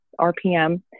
RPM